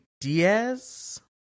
Diaz